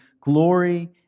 glory